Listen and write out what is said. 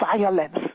violence